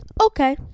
Okay